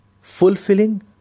fulfilling